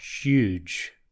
Huge